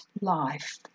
life